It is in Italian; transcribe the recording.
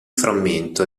frammento